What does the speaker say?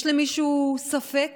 יש למישהו ספק